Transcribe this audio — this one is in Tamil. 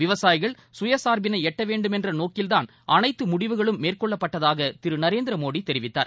விவசாயிகள் சுயசார்பினை எட்ட வேண்டுமென்ற நோக்கில்தான் அனைத்து முடிவுகளும் மேற்கொள்ளப்பட்டதாக திரு நரேந்திரமோடி தெரிவித்தார்